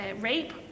rape